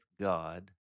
God